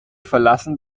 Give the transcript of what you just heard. verlassen